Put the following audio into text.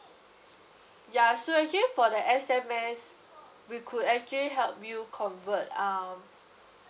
ya so actually for the S_M_S we could actually help you convert um